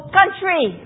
country